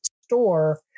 store